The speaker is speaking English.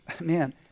man